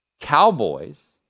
Cowboys